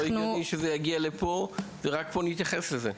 זה לא הגיוני שזה יגיע לפה ורק פה נתייחס לזה.